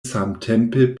samtempe